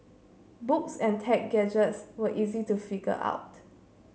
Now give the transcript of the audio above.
books and tech gadgets were easy to figure out